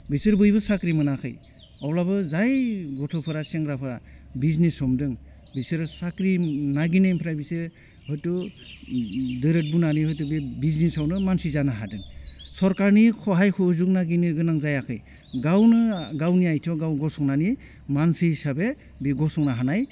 बेसोर बयबो साख्रि मोनाखै अब्लाबो जाय गथ'फोरा सेंग्राफ्रा बिजनेस हमदों बिसोरो साख्रि नागिरनायनिफ्राय बिसोरो हयथ' दोरोद बोनानै हयथ' बे बिजनेसावनो मानसि जानो हादों सरकारनि हहाय हुजुग नागिरनो गोनां जायाखै गावनो गावनि आइथिङाव गाव गसंनानै मानसि हिसाबै बे गसंनो हानाय